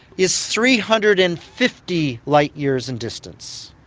is three hundred and fifty light years in distance,